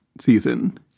season